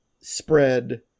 spread